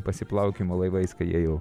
pasiplaukiojimo laivais kai jie jau